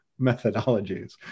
methodologies